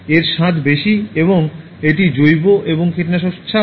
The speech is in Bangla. এর স্বাদ বেশি এবং এটি জৈব এবং কীটনাশক ছাড়াই